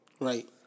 Right